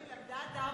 לא, היא למדה,